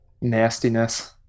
nastiness